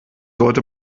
sollte